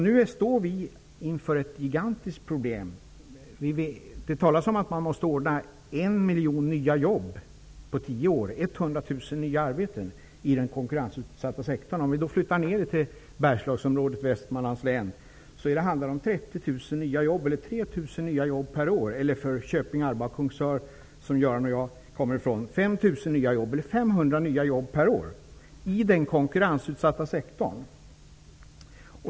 Nu står vi inför ett gigantiskt problem. Det talas om att man måste ordna 1 miljon nya jobb på tio år, eller 100 000 per år, i den konkurrensutsatta sektorn. Om vi flyttar ner det till Bergslagsområdet, Västmanlands län, handlar det om 30 000 nya jobb, eller 3 000 nya jobb per år. För Magnusson och jag kommer från, är det 5 000 nya jobb, eller 500 nya jobb per år i den konkurrensutsatta sektorn.